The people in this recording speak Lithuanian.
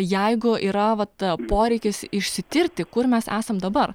jeigu yra vat poreikis išsitirti kur mes esam dabar